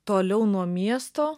toliau nuo miesto